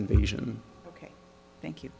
invasion ok thank you